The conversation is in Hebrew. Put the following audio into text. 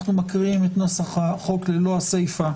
עכשיו נקרא את נוסח החוק, ללא הסיפה,